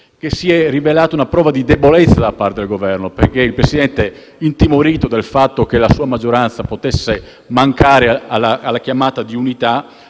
si è rivelata una prova di debolezza da parte del Governo, perché il Presidente, intimorito dal fatto che la sua maggioranza potesse mancare alla chiamata di unità,